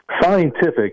scientific